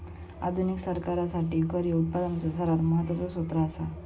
आधुनिक सरकारासाठी कर ह्यो उत्पनाचो सर्वात महत्वाचो सोत्र असा